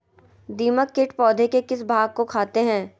दीमक किट पौधे के किस भाग को खाते हैं?